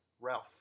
Ralph